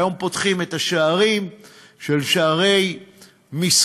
היום פותחים את השערים שהם שערי מסחר